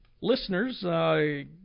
listeners